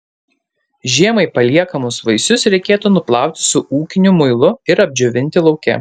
žiemai paliekamus vaisius reikėtų nuplauti su ūkiniu muilu ir apdžiovinti lauke